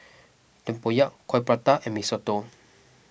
Tempoyak Coin Prata and Mee Soto